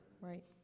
Right